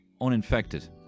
Uninfected